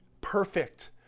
perfect